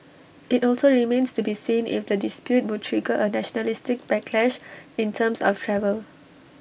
IT also remains to be seen if the dispute would trigger A nationalistic backlash in terms of travel